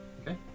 Okay